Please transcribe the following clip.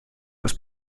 des